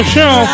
Show